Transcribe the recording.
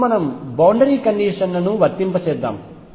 ఇప్పుడు మనం బౌండరీ కండిషన్లను వర్తింపజేద్దాం